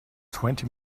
twenty